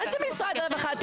מה זה משרד הרווחה?